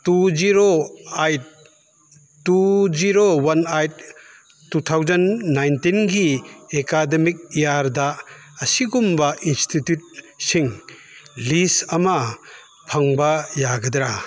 two zero eight two zero one eight two thousand ꯅꯥꯏꯟꯇꯤꯟꯒꯤ academic ꯏꯌꯔꯗ ꯑꯁꯤꯒꯨꯝꯕ ꯏꯟꯁꯇꯤꯇ꯭ꯌꯨꯠꯁꯤꯡ ꯂꯤꯁ ꯑꯃ ꯐꯪꯕ ꯌꯥꯒꯗ꯭ꯔꯥ